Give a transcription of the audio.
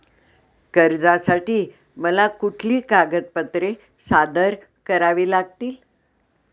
कर्जासाठी मला कुठली कागदपत्रे सादर करावी लागतील?